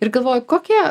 ir galvoju kokie